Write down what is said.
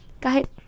kahit